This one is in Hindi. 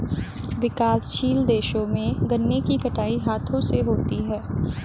विकासशील देशों में गन्ने की कटाई हाथों से होती है